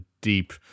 deep